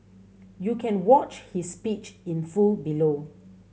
you can watch his speech in full below